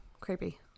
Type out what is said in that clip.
creepy